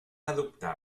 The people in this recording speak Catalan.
adoptar